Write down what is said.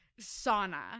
sauna